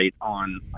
on